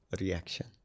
reaction